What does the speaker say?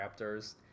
raptors